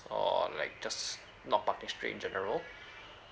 or like just not parking straight in general